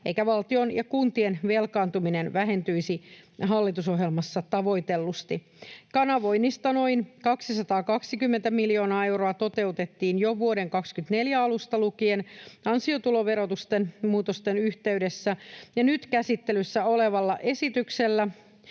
eikä valtion ja kuntien velkaantuminen vähentyisi hallitusohjelmassa tavoitellusti. Kanavoinnista noin 220 miljoonaa euroa toteutettiin jo vuoden 24 alusta lukien ansiotuloverotusten muutosten yhteydessä, ja nyt käsittelyssä olevalla esityksellä,